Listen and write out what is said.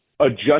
adjust